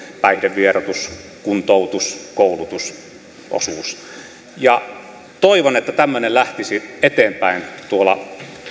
päihdevieroitus kuntoutus koulutusosuus toivon että tämmöinen lähtisi eteenpäin tuolla